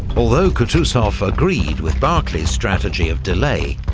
although kutuzov agreed with barclay's strategy of delay,